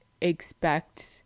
expect